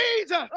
Jesus